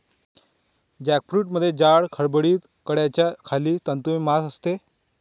जॅकफ्रूटमध्ये जाड, खडबडीत कड्याच्या खाली तंतुमय मांस असते